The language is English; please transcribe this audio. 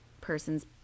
person's